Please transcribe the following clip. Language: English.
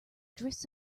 drifts